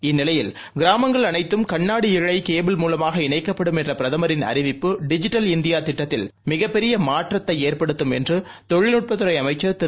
இந்நிலையில் கிராமங்கள் அனைத்தும் கண்ணாடி இழழகேபிள் மூலமாக இணைக்கப்படும் என்றபிரதமரின் அறிவிப்பு டிஜிட்டல் இந்தியாதிட்டத்தில் மிகப் பெரியமாற்றத்தைஏற்படுத்தும் என்று மத்தியதகவல் தொழில்நுட்பத்துறைஅமைச்சர் திரு